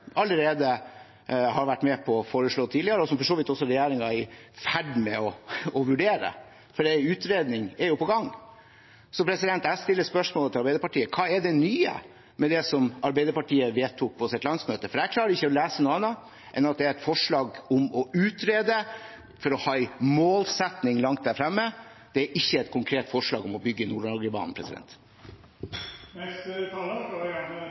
allerede har vært med på å foreslå tidligere, og som for så vidt også regjeringen er i ferd med å vurdere, for en utredning er jo på gang. Så jeg stiller spørsmålet til Arbeiderpartiet: Hva er det nye med det Arbeiderpartiet vedtok på sitt landsmøte? Jeg klarer ikke å lese noe annet enn at det er et forslag om å utrede for å ha en målsetning langt der fremme. Det er ikke et konkret forslag om å bygge Nord-Norgebanen. Først vil jeg gjerne